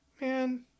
man